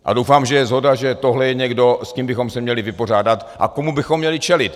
A doufám, že je shoda, že tohle je někdo, s kým bychom se měli vypořádat a komu bychom měli čelit.